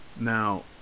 Now